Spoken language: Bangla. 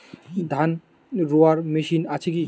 ধান রোয়ার মেশিন আছে কি?